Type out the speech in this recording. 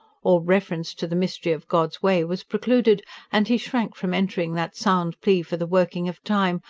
all reference to the mystery of god's way was precluded and he shrank from entering that sound plea for the working of time,